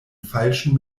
falschen